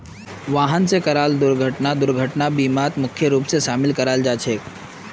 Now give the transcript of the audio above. वाहन स कराल दुर्घटना दुर्घटनार बीमात मुख्य रूप स शामिल कराल जा छेक